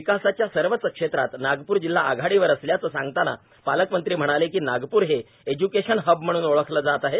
विकासाच्या सर्वच क्षेत्रात नागपूर जिल्हा आघाडीवर असल्याचे सांगताना पालकमंत्री म्हणाले की नागपूर हे एज्यूकेशन हब म्हणून ओळखले जात आहे